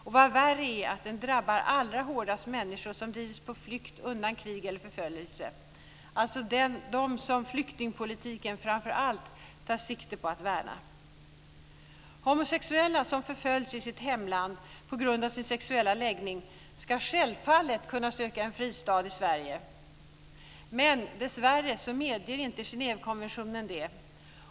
Vad som är värre är att den drabbar allra hårdast människor som drivits på flykt undan krig eller förföljelse, alltså de som flyktingpolitiken framför allt tar sikte på att värna. Homosexuella som förföljs i sitt hemland på grund av sin sexuella läggning ska självfallet kunna söka en fristad i Sverige. Dessvärre medger inte Genèvekonventionen det.